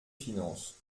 finances